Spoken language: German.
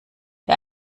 der